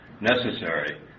necessary